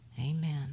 Amen